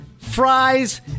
fries